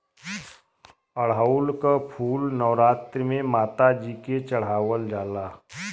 अढ़ऊल क फूल नवरात्री में माता जी के चढ़ावल जाला